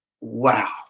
wow